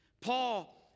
Paul